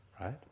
right